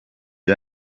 com